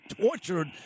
tortured